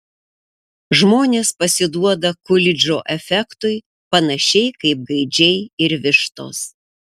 žmonės pasiduoda kulidžo efektui panašiai kaip gaidžiai ir vištos